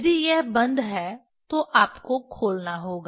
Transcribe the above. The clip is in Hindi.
यदि यह बंद है तो आपको खोलना होगा